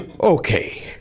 Okay